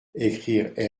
ecrire